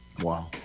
Wow